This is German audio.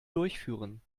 durchführen